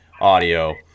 Audio